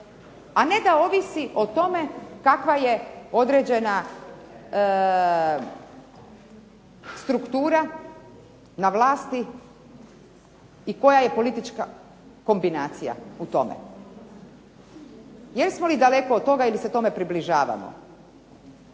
a ne da ovisi o tome kakva je određena struktura na vlasti i koja je politička kombinacija u tome. Jesmo li daleko od toga ili se tome približavamo.